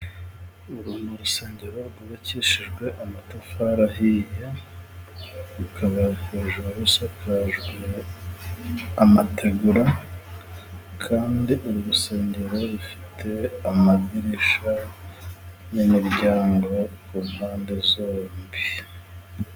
Uru ni urusengero rwubakishijwe amatafari ahiye .Rukaba hejuru rusakajwe amategura kandi uru rusengero rufite amadirisha n'imiryango ku mpande zombi.